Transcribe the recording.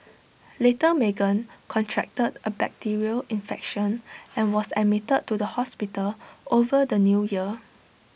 little Meagan contracted A bacterial infection and was admitted to the hospital over the New Year